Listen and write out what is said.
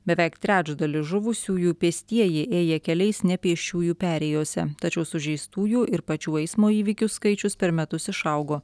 beveik trečdalis žuvusiųjų pėstieji ėję keliais ne pėsčiųjų perėjose tačiau sužeistųjų ir pačių eismo įvykių skaičius per metus išaugo